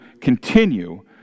continue